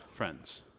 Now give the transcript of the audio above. friends